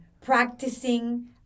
practicing